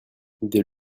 des